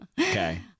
Okay